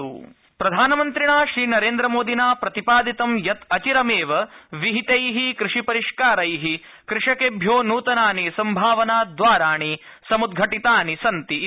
मन की बात प्रधानमन्त्रिणा श्री नरेन्द्रमोदिना प्रतिपादितं यत् अचिरमेव विहितै कृषिपरिष्कारै कृषकेभ्यो नूतनानि सम्भावना द्वाराणि समुद्घाटितनि सन्ति इति